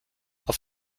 auf